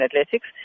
Athletics